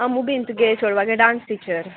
आं मुगो बीन तुगे चोडवागे डांस टिचर